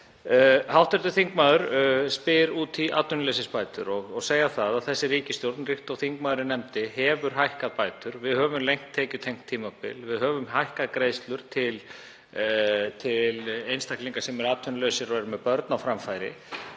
Hv. þingmaður spyr út í atvinnuleysisbætur. Þessi ríkisstjórn, líkt og þingmaðurinn nefndi, hefur hækkað bætur. Við höfum lengt tekjutengda tímabilið, við höfum hækkað greiðslur til einstaklinga sem eru atvinnulausir og eru með börn á framfæri.